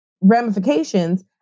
ramifications